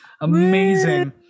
Amazing